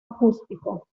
acústico